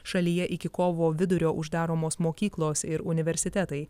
šalyje iki kovo vidurio uždaromos mokyklos ir universitetai